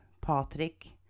Patrick